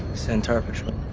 sentar patrol.